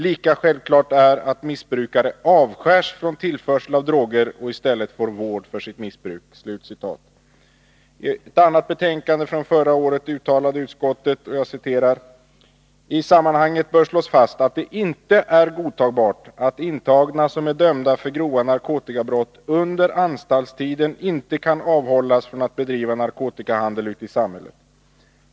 Lika självklart är att missbrukare avskärs från tillförsel av droger och i stället får vård för sitt missbruk.” ”I sammanhanget bör slås fast att det inte är godtagbart att intagna som är dömda för grova narkotikabrott under anstaltstiden inte kan avhållas från att bedriva narkotikahandel ute i samhället.